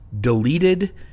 deleted